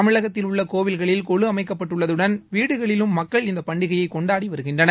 தமிழகத்தில் உள்ள கோவில்களில் கொலு அமைக்கப்பட்டுள்ளதுடன் வீடுகளிலும் மக்கள் இந்த பண்டிகையை கொண்டாடி வருகின்றனர்